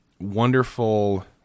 wonderful